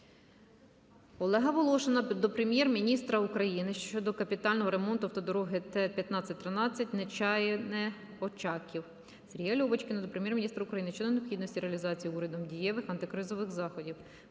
Олега Волошина до Прем'єр-міністра України щодо капітального ремонту автодороги Т-15-13 Нечаяне-Очаків. Сергія Льовочкіна до Прем'єр-міністра України щодо необхідності реалізації Урядом дієвих антикризових заходів.